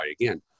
again